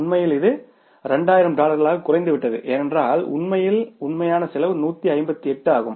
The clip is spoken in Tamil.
உண்மையில் இது 2000 டாலர்களாக குறைந்துவிட்டது ஏனென்றால் உண்மையில் உண்மையான செலவு 158 ஆகும்